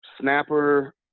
snapper